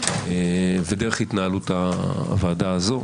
ודרך התנהלות הוועדה הזו,